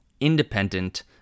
independent